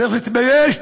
צריך להתבייש.